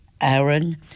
Aaron